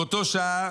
באותו שעה